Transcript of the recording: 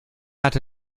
hatte